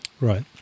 Right